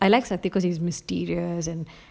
I like saktil because he is mysterious and